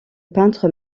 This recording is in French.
peintre